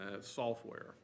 software